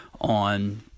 on